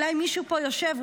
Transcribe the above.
אולי מישהו יושב,